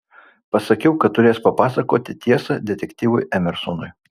pasakiau kad turės papasakoti tiesą detektyvui emersonui